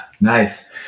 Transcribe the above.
nice